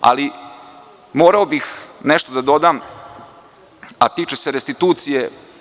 Ali, morao bih nešto da dodam, a tiče se restitucije.